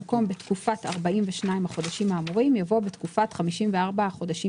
במקום "בתקופת ארבעים ושנים החדשים האמורים" יבוא "בתקופת 54 החודשים